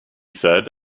said